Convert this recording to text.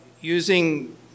using